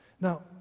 Now